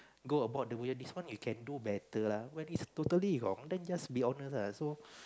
go about the way this one you can do better lah but it's totally wrong then just be honest lah so